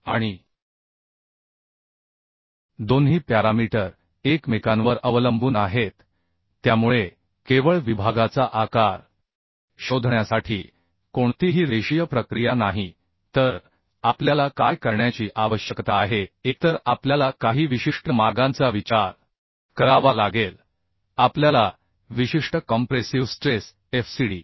आणि दोन्ही प्यारामीटर एकमेकांवर अवलंबून आहेत त्यामुळे केवळ विभागाचा आकार शोधण्यासाठी कोणतीही रेषीय प्रक्रिया नाही तर आपल्याला काय करण्याची आवश्यकता आहे एकतर आपल्याला काही विशिष्ट मार्गांचा विचार करावा लागेल आपल्याला विशिष्ट कॉम्प्रेसिव्ह स्ट्रेस Fcd